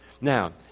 Now